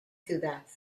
ciudad